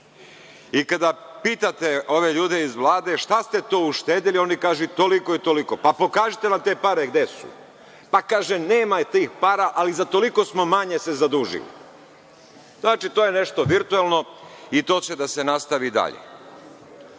Kada pitate ove ljude iz Vlade – šta ste to uštedeli, oni kažu – toliko i toliko. Pa, pokažite nam te pare gde su. Pa kaže – nema tih para, ali za toliko smo se manje zadužili. Znači to je nešto virtuelno i to će da se nastavi dalje.Za